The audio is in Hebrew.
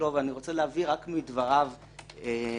אין